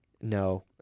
No